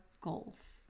goals